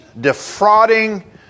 defrauding